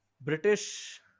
British